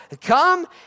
come